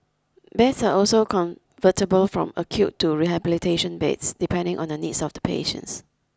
beds are also convertible from acute to rehabilitation beds depending on the needs of the patients